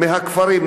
מהכפרים,